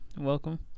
welcome